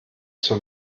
zur